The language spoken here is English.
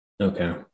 Okay